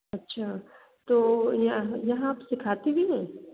अच्छा तो यहाँ यहाँ आप सिखाती भी हैं